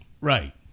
Right